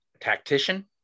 tactician